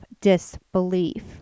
disbelief